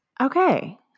Okay